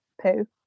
poo